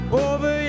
over